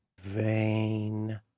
Vain